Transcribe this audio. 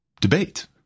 debate